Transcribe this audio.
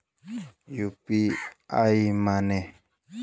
UPI माने?